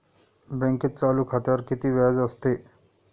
बँकेत चालू खात्यावर किती व्याज असते?